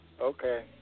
Okay